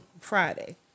Friday